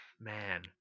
Man